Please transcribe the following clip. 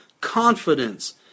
confidence